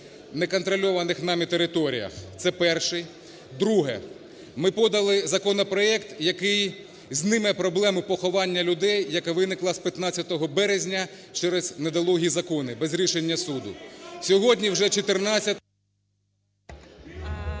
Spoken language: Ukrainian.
неконтрольованих нами територіях. Це перше. Друге. Ми подали законопроект, який зніме проблему поховання людей, яка виникла з 15 березня через недолугі закони, без рішення суду. Сьогодні вже 14…